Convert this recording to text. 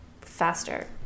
faster